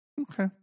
Okay